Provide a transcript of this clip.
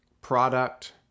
product